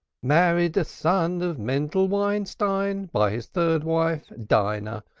married a son of mendel weinstein by his third wife, dinah,